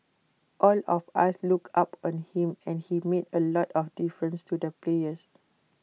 all of us looked up on him and he made A lot of difference to the players